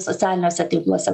socialiniuose tinkluose